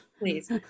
Please